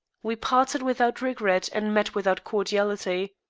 we parted without regret and met without cordiality.